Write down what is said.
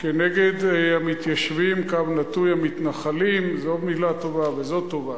כנגד המתיישבים/המתנחלים, זאת מלה טובה וזאת טובה.